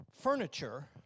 furniture